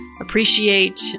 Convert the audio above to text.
Appreciate